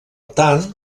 tant